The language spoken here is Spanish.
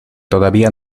todavía